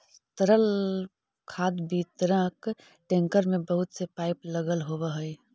तरल खाद वितरक टेंकर में बहुत से पाइप लगल होवऽ हई